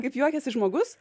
kaip juokiasi žmogus